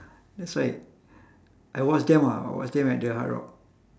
that's why I watch them ah I watch them at the hard rock